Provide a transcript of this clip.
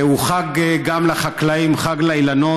והוא גם חג לחקלאים, חג לאילנות.